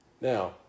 Now